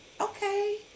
Okay